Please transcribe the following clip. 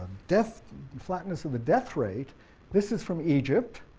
death and flatness of the death rate this is from egypt,